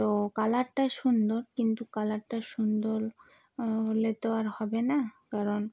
তো কালারটা সুন্দর কিন্তু কালারটা সুন্দর হলে তো আর হবে না কারণ